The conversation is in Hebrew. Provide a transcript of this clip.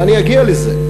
אני אגיע לזה,